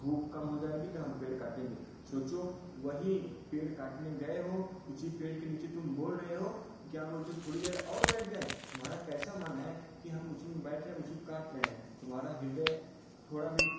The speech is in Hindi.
धूप कम हो जाएगी तब हम पेड़ काटेंगे सोचो वही पेड़ काटने गए हो उसी पेड़ के नीचे तुम बोल रहे हो कि क्या बोलते हो थोड़ी देर और बैठ जाए तुम्हारा कैसा मन है कि हम उसी में बैठ रहे हैं उसी को काट रहे हैं तुम्हारा हृदय थोड़ा भी